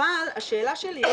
אבל השאלה שלי,